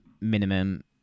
minimum